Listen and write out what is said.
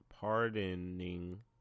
pardoning